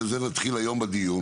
ובזה נתחיל היום בדיון